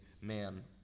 man